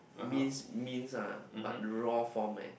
minced minced ah but raw form eh